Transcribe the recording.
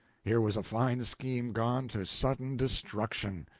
here was a fine scheme gone to sudden destruction!